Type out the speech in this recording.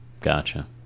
Gotcha